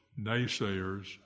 naysayers